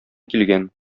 килгән